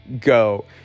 go